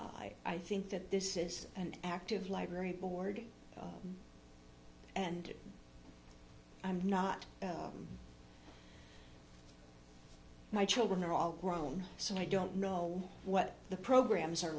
i think that this is an active library board and i'm not my children are all grown so i don't know what the programs